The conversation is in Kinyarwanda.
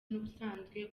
n’ubusanzwe